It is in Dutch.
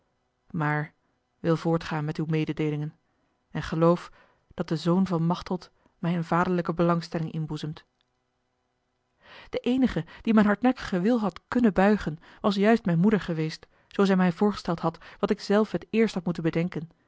maar wil voortgaan met uwe mededeelingen en geloof dat de zoon van machteld mij eene vaderlijke belangstelling inboezemt de eenige die mijn hardnekkigen wil had kunnen buigen was juist mijne moeder geweest zoo zij mij voorgesteld had wat ik zelf het eerst had moeten bedenken